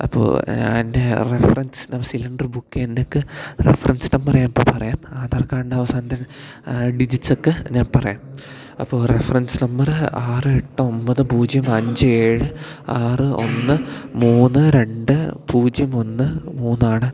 അപ്പോൾ എൻ്റെ reference cylinder ബുക്കേയ്ൻറ്റക്ക് റെഫ്രൻസ് നമ്പറ് ഞാനിപ്പം പറയാം ആധാർക്കാഡിന്റെ അവസാനത്തെ ഡിജിറ്റ്സ് ഒക്കെ ഞാൻ പറയാം അപ്പോൾ റെഫ്രൻസ് നമ്പറ് ആറ് എട്ട് ഒമ്പത് പൂജ്യം അഞ്ച് ഏഴ് ആറ് ഒന്ന് മൂന്ന് രണ്ട് പൂജ്യം ഒന്ന് മൂന്നാണ്